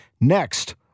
next